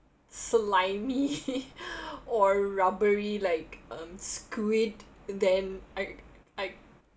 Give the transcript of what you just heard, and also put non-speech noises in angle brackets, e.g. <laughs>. slimly <laughs> or rubbery like squid um then I I